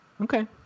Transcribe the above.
Okay